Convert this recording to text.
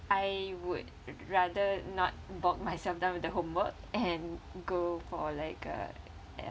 I would rather not bog myself down with the homework and go for like uh ya